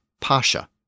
pasha